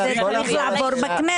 אבל זה צריך לעבור בכנסת.